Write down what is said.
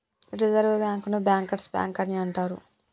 reserve బ్యాంకుని bankers bank అని అంటరు